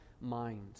mind